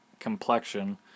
complexion